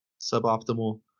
suboptimal